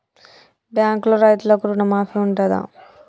బ్యాంకులో రైతులకు రుణమాఫీ ఉంటదా?